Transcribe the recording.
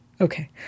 Okay